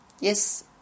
Yes